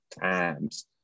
times